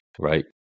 right